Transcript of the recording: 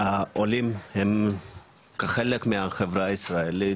העולים הם כחלק מהחברה הישראלית,